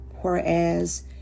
whereas